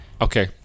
Okay